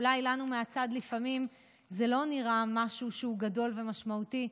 אולי לנו מהצד לפעמים זה לא נראה משהו שהוא גדול ומשמעותי,